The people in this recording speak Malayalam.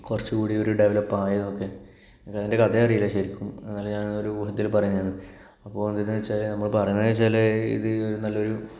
കുറച്ചും കൂടി ഒരു ഡെവലപ് ആയതൊക്കെ എനിക്ക് അതിന്റെ കഥയറിയില്ല ശെരിക്കും എന്നാലും ഞാനൊരു ഊഹത്തില് പറയുകയാണ് അപ്പോൾ എന്തെന്ന് വെച്ചാല് നമ്മള് പറയുന്നതെന്ന് വെച്ചാല് ഇത് നല്ലൊരു